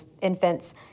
infants